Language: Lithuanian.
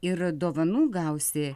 ir dovanų gausi